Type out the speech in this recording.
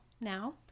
now